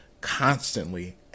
constantly